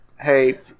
hey